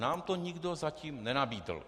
Nám to nikdo zatím nenabídl.